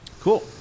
Cool